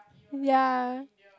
ya